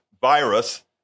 virus